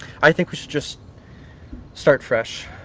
i think we should just start fresh.